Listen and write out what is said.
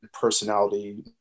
personality